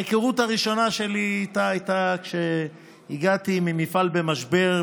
ההיכרות הראשונה שלי איתה הייתה כשהגעתי ממפעל במשבר,